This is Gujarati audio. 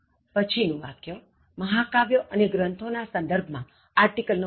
પછીનું મહાકાવ્યો અને ગ્રંથો ના સંદર્ભ માં આર્ટિકલ નો ઉપયોગ